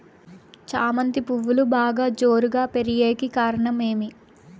చామంతి పువ్వులు బాగా జోరుగా పెరిగేకి కారణం ఏమి?